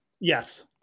Yes